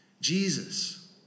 Jesus